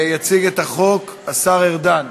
יציג את החוק השר ארדן,